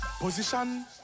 Position